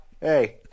Hey